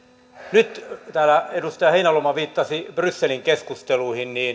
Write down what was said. nyt täällä edustaja heinäluoma viittasi brysselin keskusteluihin